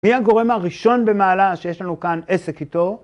מי הגורם הראשון במעלה שיש לנו כאן עסק איתו?